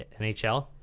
NHL